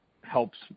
helps